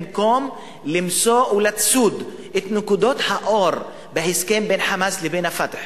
במקום למצוא ולצוד את נקודות האור בהסכם בין "חמאס" לבין ה"פתח",